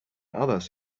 others